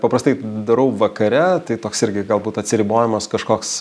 paprastai darau vakare tai toks irgi galbūt atsiribojimas kažkoks